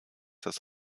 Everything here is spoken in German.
das